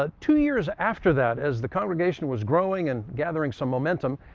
ah two years after that, as the congregation was growing and gathering some momentum,